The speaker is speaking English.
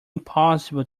impossible